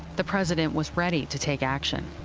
the president was ready to take action.